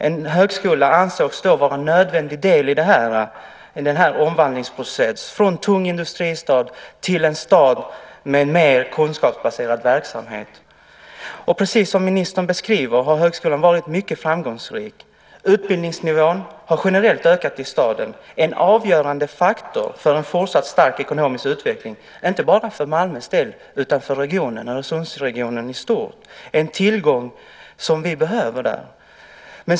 En högskola ansågs då vara en nödvändig del i omvandlingsprocessen från tung industristad till en stad med mer kunskapsbaserad verksamhet. Precis som ministern beskriver har högskolan varit mycket framgångsrik. Utbildningsnivån har generellt ökat i staden. Det är en avgörande faktor för en fortsatt stark ekonomisk utveckling inte bara för Malmös del utan för Öresundsregionen i stort. Det är en tillgång som vi behöver där.